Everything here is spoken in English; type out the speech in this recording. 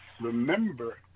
remember